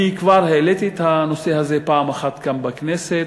אני כבר העליתי את הנושא הזה פעם אחת כאן בכנסת,